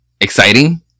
exciting